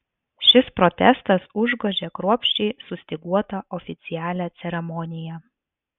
šis protestas užgožė kruopščiai sustyguotą oficialią ceremoniją